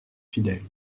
fidèles